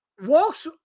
walks